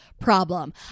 problem